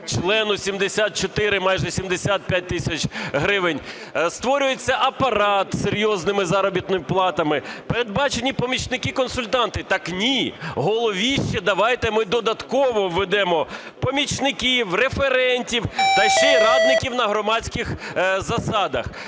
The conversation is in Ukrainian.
майже 75 тисяч гривень, створюється апарат із серйозними заробітними платами, передбачені помічники-консультанти. Так ні, голові ще давайте ми додатково введемо помічників, референтів та ще й радників на громадських засадах.